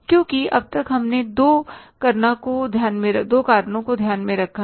क्योंकि अब तक हमने दो करना को ध्यान में रखा है